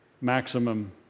maximum